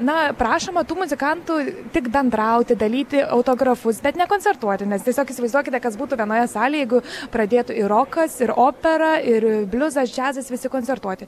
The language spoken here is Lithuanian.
na prašoma tų muzikantų tik bendrauti dalyti autografus bet nekoncertuoti nes tiesiog įsivaizduokite kas būtų vienoje salėj jeigu pradėtų ir rokas ir opera ir bliuzas džiazas visi koncertuoti